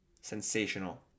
Sensational